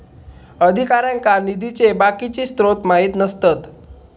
अधिकाऱ्यांका निधीचे बाकीचे स्त्रोत माहित नसतत